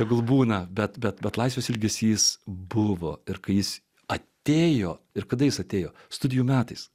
tegul būna bet bet bet laisvės ilgesys buvo ir kai jis atėjo ir kada jis atėjo studijų metais